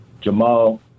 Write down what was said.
Jamal